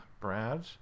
Brad